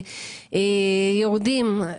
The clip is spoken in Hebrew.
יהודים,